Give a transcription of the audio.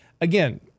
again